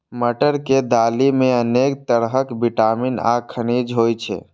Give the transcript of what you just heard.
मटर के दालि मे अनेक तरहक विटामिन आ खनिज होइ छै